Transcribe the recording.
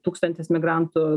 tūkstantis migrantų